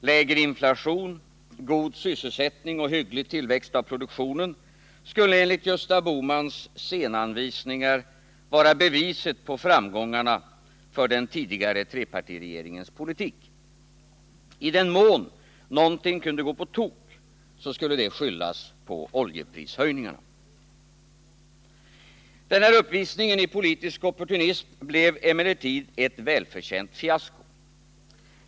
Lägre inflation, god sysselsättning och hygglig tillväxt av produktionen skulle enligt Gösta Bohmans scenanvisningar vara beviset på framgångarna för den tidigare trepartiregeringens politik. I den mån någonting kunde gå på tok skulle det skyllas på oljeprishöjningarna. Den här uppvisningen i politisk opportunism blev emellertid ett välförtjänt fiasko.